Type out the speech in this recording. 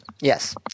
Yes